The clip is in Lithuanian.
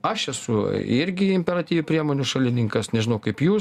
aš esu irgi imperatyvių priemonių šalininkas nežinau kaip jūs